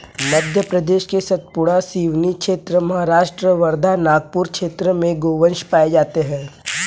मध्य प्रदेश के सतपुड़ा, सिवनी क्षेत्र, महाराष्ट्र वर्धा, नागपुर क्षेत्र में गोवंश पाये जाते हैं